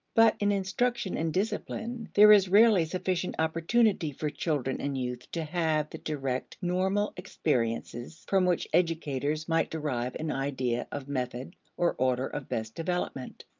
but in instruction and discipline, there is rarely sufficient opportunity for children and youth to have the direct normal experiences from which educators might derive an idea of method or order of best development.